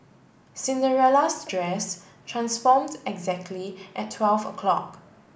Cinderella's dress transformed exactly at twelve o'clock